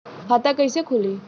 खाता कईसे खुली?